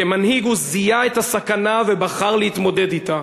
כמנהיג, הוא זיהה את הסכנה ובחר להתמודד אתה.